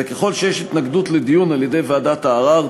וככל שיש התנגדות לדיון על-ידי ועדת הערר,